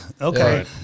Okay